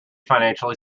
financially